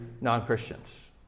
non-Christians